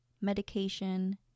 medication